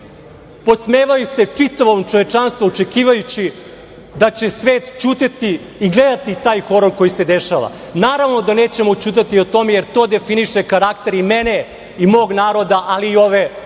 svetu. Podsmevaju se čitavom čovečanstvu, očekivajući da će svet ćutati i gledati taj horor koji se dešava. Naravno da nećemo ćutati o tome, jer to definiše karakter i mene i mog naroda, ali i ove zemlje.